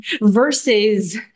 versus